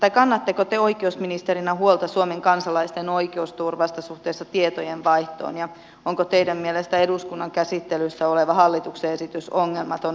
kannatteko te oikeusministerinä huolta suomen kansalaisten oikeusturvasta suhteessa tietojenvaihtoon ja onko teidän mielestänne eduskunnan käsittelyssä oleva hallituksen esitys ongelmaton oikeusministerin näkökulmasta